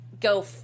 go